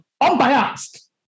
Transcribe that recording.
unbiased